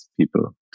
people